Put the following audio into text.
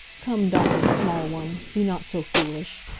come, dawn small one be not so foolish.